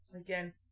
Again